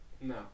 No